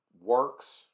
Works